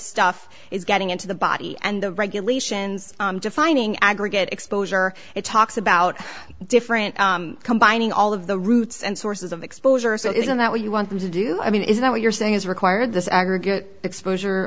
stuff is getting into the body and the regulations defining aggregate exposure it talks about different combining all of the routes and sources of exposure so isn't that what you want them to do i mean is that what you're saying is require this aggregate exposure